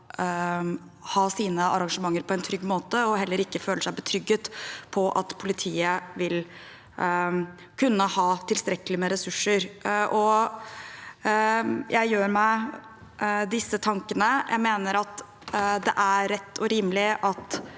ikke føler seg trygge på at politiet vil kunne ha tilstrekkelig med ressurser. Jeg gjør meg disse tankene: Jeg mener at det er rett og rimelig at